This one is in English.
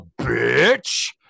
bitch